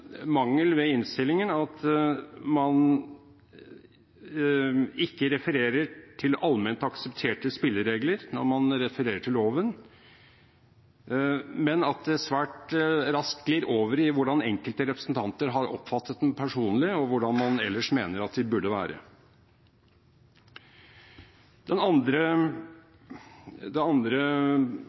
mangel ved innstillingen at man ikke refererer til allment aksepterte spilleregler når man refererer til loven, men at det svært raskt glir over i hvordan enkelte representanter har oppfattet dem personlig, og hvordan man ellers mener at de burde være. Det andre